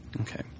Okay